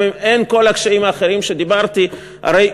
אם אין כל הקשיים האחרים שדיברתי עליהם?